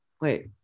wait